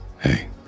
hey